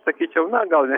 sakyčiau na gal ne